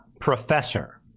professor